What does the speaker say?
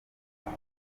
umwe